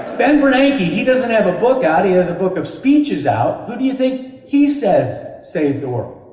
ben bernanke. he he doesn't have a book out he has a book of speeches out who do you think he says saved the world?